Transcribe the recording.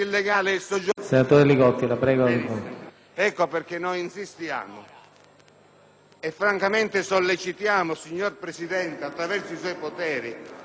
insistiamo e sollecitiamo, signor Presidente, attraverso i suoi poteri, anche la Commissione bilancio a non fidarsi dei numeri